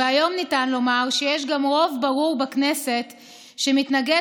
והיום ניתן לומר שיש גם רוב ברור בכנסת שמתנגד